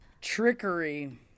Trickery